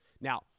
Now